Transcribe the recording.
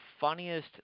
funniest